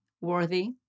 worthy